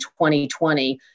2020